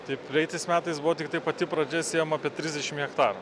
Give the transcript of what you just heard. tai praeitais metais buvo tiktai pati pradžia sėjom apie trisdešim hektarų